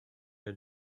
had